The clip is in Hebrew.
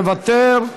מוותר,